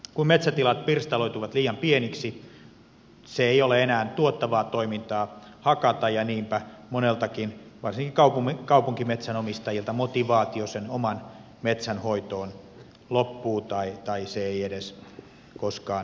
kun metsätilat pirstaloituvat liian pieniksi ei ole enää tuottavaa toimintaa hakata ja niinpä moneltakin varsinkin kaupunkimetsän omistajilta motivaatio sen oman metsän hoitoon loppuu tai se ei edes koskaan ala eikä syty